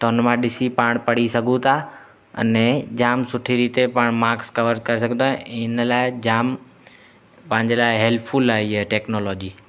त उन मां ॾिसी पाण पढ़ी सघूं था अने जाम सुठी रीति पाण माक्स कवर करे सघूं ता हिन लाए जाम पंहिंजे लाइ हैल्पफुल आहे इहा टैक्नोलॉजी